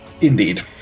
Indeed